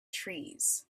trees